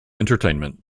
entertainment